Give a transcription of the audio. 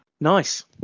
Nice